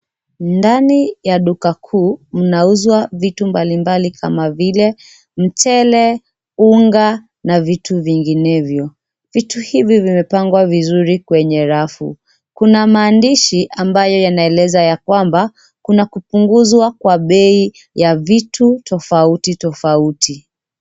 Ndani ya duka kuu mnauzwa vitu mbalimbali kama vile mchele, unga na vitu vinginevyo. Vitu hivi vimepangwa vizuri kwenye rafu. Kuna maandishi ambayo yanaeleza ya kwamba kuna kupunguzwa kwa bei ya vitu tofauti tofauti.